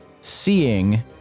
seeing